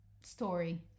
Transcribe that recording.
story